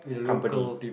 company